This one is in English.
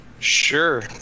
Sure